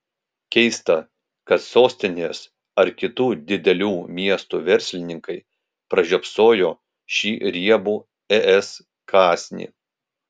keista kad sostinės ar kitų didelių miestų verslininkai pražiopsojo šį riebų es kąsnį